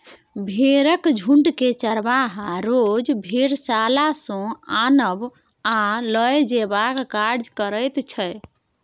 भेंड़क झुण्डकेँ चरवाहा रोज भेड़शाला सँ आनब आ लए जेबाक काज करैत छै